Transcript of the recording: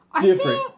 different